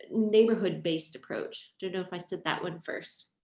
neighbourhood based approach to do if i said that one first.